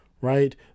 right